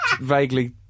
vaguely